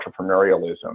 entrepreneurialism